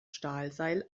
stahlseil